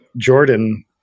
Jordan